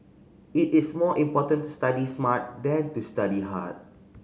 it is more important to study smart than to study hard